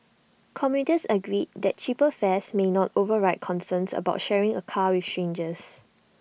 commuters agreed that cheaper fares might not override concerns about sharing A car with strangers